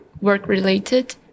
work-related